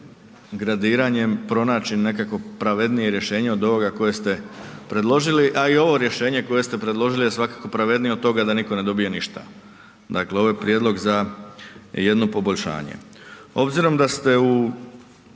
gradiranjem pronaći nekakvo pravednije rješenje od ovoga koje ste predložili. A i ovo rješenje koje ste predložili je svakako pravednije od toga da niko ne dobija ništa. Dakle ovo je prijedlog za jedno poboljšanje. Obzirom da ste u